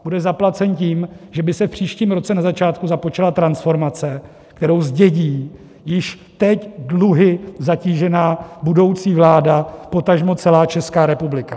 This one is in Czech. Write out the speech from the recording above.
Bude zaplacen tím, že by se v příštím roce na začátku započala transformace, kterou zdědí již teď dluhy zatížená budoucí vláda, potažmo celá Česká republika.